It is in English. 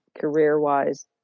career-wise